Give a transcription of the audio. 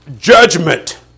judgment